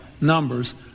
numbers